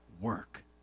work